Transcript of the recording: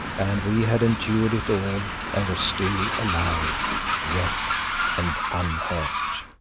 and we had endured it all and were still alive yes, and unhurt.